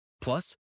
Plus